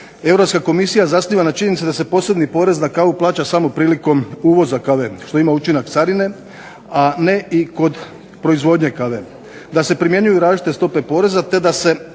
Europska komisija zasniva na činjenicama da se posebni porez na kavu plaća samo prilikom uvoza kave što ima učinak carine, a ne i kod proizvodnje kave, da se primjenjuju različite stope poreza te da se